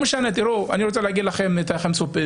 אני רוצה לתת לכם דוגמה.